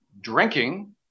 drinking